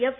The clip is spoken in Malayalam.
എഫ്